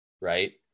right